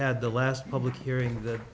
had the last public hearing that